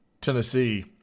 Tennessee